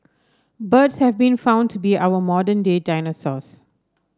birds have been found to be our modern day dinosaurs